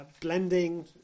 blending